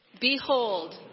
Behold